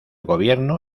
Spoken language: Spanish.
gobierno